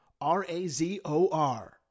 R-A-Z-O-R